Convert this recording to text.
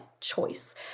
Choice